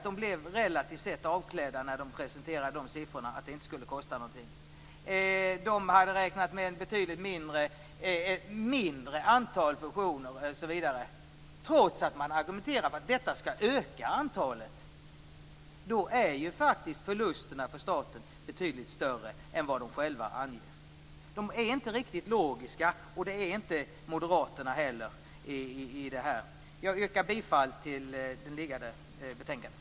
De blev relativt avklädda när de presenterade siffrorna som sade att det inte skulle kosta någonting. De hade räknat med en mindre mängd fusioner. Ändå är argumentationen att mängden skall öka. Då är förlusterna för staten större än vad de själva anger. De är inte riktigt logiska, och det är inte heller Moderaterna. Jag yrkar bifall till hemställan i betänkandet.